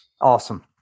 Awesome